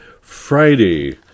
Friday